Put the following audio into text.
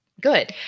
good